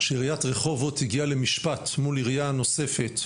שעיריית רחובות הגיעה למשפט מול עירייה נוספת,